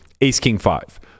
ace-king-five